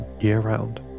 year-round